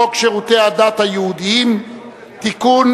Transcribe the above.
הצעת חוק שירותי הדת היהודיים (תיקון,